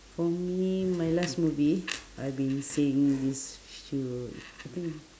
for me my last movie I been seeing this fi~ I think